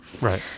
Right